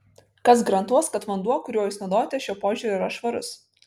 kas garantuos kad vanduo kuriuo jūs naudojatės šiuo požiūriu yra švarus